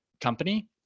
company